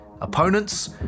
Opponents